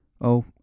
Oh